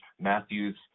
Matthews